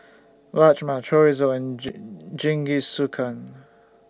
Rajma Chorizo and Jingisukan